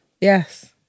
Yes